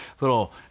little